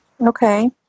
Okay